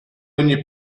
ogni